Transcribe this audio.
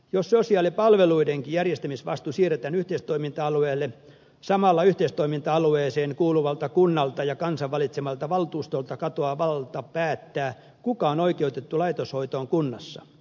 jos sosiaalipalveluidenkin järjestämisvastuu siirretään yhteistoiminta alueelle samalla yhteistoiminta alueeseen kuuluvalta kunnalta ja kansan valitsemalta valtuustolta katoaa valta päättää kuka on oikeutettu laitoshoitoon kunnassa